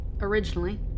originally